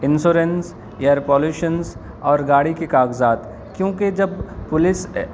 insurance air pollutions اور گاڑی کے کاغذات کیوںکہ جب پولیس